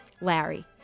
Larry